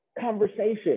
conversation